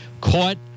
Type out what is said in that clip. Caught